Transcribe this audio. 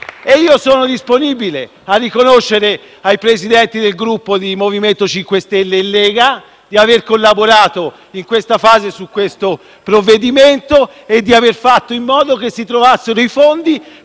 PD)*. Sono disponibile a riconoscere ai Presidenti dei Gruppi MoVimento 5 Stelle e Lega di aver collaborato in questa fase di esame del provvedimento e di aver fatto in modo di trovare i fondi